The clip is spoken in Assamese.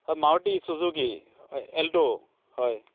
হয় মাৰুটি ছুজুকী এল্টো হয়